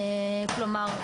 כלומר,